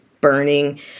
burning